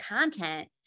content